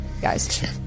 guys